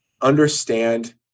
understand